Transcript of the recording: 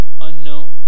unknown